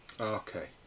Okay